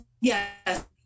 Yes